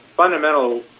fundamental